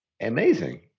amazing